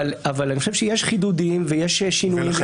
אבל אני חושב שיש חידודים ויש שינויים.